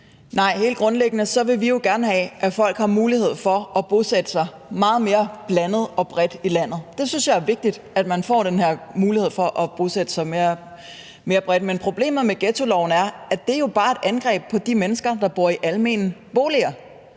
(EL): Helt grundlæggende vil vi jo gerne have, at folk har mulighed for at bosætte sig meget mere blandet og bredt i landet. Jeg synes, det er vigtigt, at man får den mulighed for at bosætte sig mere bredt. Men problemet med ghettoloven er, at det jo bare er et angreb på de mennesker, der bor i almene boliger.